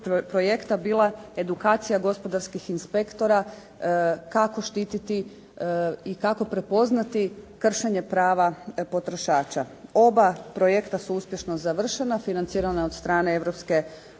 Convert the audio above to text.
projekta bila edukacija gospodarskih inspektora, kako štititi i kako prepoznati kršenje prava potrošača. Oba projekta su uspješno završena, financirana od strane